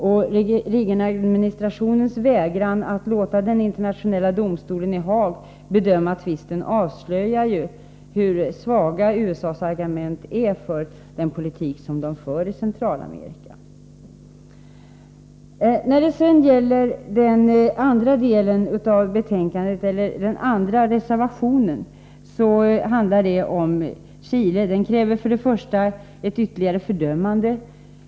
Reaganadministrationens vägran att låta den internationella domstolen i Haag bedöma tvisten avslöjar ju hur svaga USA:s argument är för den politik som USA för i Centralamerika. Den andra reservationen till betänkandet handlar om Chile. Där krävs för det första ett ytterligare fördömande.